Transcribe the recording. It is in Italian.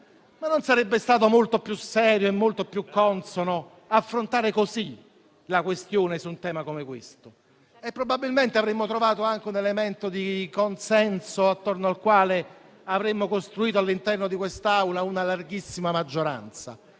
non sarebbe stato molto più serio e molto più consono affrontare in questo modo un tema del genere? Probabilmente avremmo trovato anche un elemento di consenso attorno al quale avremmo costruito all'interno di quest'Aula una larghissima maggioranza.